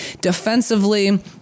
defensively